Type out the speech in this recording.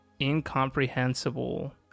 incomprehensible